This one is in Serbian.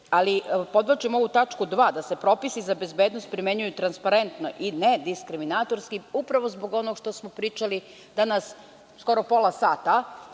Ali, podvlačim ovu tačku 2. da se propisi za bezbednost primenjuju transparentno i nediskriminatorski upravo zbog onog što smo pričali danas skoro pola sata